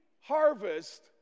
harvest